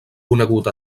conegut